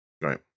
Right